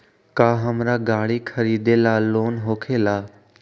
का हमरा गारी खरीदेला लोन होकेला?